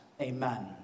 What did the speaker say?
Amen